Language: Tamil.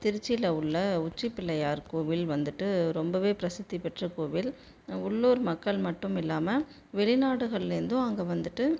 திருச்சியில் உள்ள உச்சிபிள்ளையார் கோவில் வந்துவிட்டு ரொம்பவே பிரசித்தி பெற்ற கோவில் உள்ளூர் மக்கள் மட்டும் இல்லாமல் வெளிநாடுகள்லேர்ந்தும் அங்கே வந்துவிட்டு